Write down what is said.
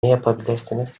yapabilirsiniz